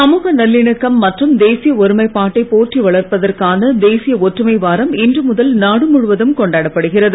சமூக நல்லிணக்கம் மற்றும் தேசிய ஒருமைப்பாட்டை போற்றி வளர்ப்பதற்கான தேசிய ஒற்றுமை வாரம் இன்று முதல் நாடு முழுவதும் கொண்டாடப்படுகிறது